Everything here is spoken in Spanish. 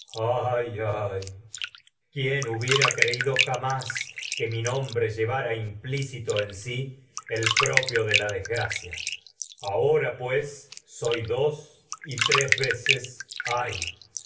quién hubiera en creído jamás que mi nombre llevara implícito si el propio de mi destragedias de sófocles gracia ahora pues soy dos y tres veces ay